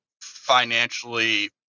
financially